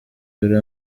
dore